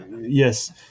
Yes